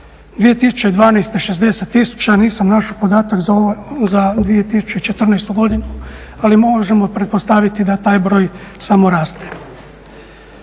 2012. 60 000, nisam našao podatak za 2014. godinu ali možemo pretpostaviti da taj broj samo raste.